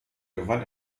gewann